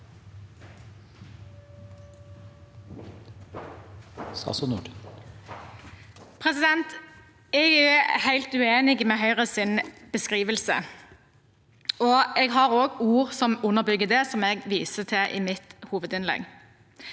Jeg er helt uenig i Høyres beskrivelse. Jeg har også ord som underbygger det, som jeg viser til i mitt hovedinnlegg.